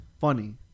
funny